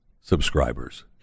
subscribers